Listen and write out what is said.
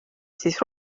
siis